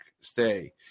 stay